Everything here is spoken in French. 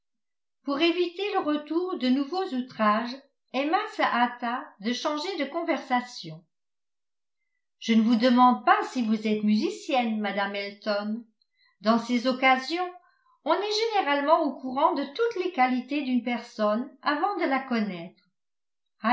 pour éviter le retour de nouveaux outrages emma se hâta de changer de conversation je ne vous demande pas si vous êtes musicienne mme elton dans ces occasions on est généralement au courant de toutes les qualités d'une personne avant de la connaître